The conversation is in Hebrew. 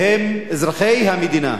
והם אזרחי המדינה.